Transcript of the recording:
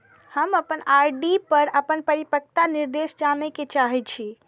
हम अपन आर.डी पर अपन परिपक्वता निर्देश जाने के चाहि छी